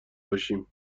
باشیم